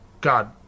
God